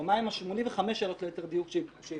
או מהן 85 השאלות ליתר דיוק שהיא